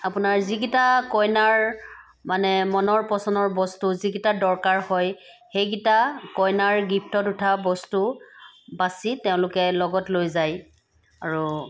আপোনাৰ যি কেইটা কইনাৰ মানে মনৰ পছন্দৰ বস্তু যি কেইটা দৰকাৰ হয় সেই কেইটা কইনাৰ গিফ্টত উঠা বস্তু বাচি তেওঁলোকে লগত লৈ যায় আৰু